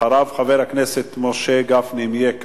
אחריו, חבר הכנסת משה גפני, אם יהיה כאן,